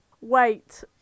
Wait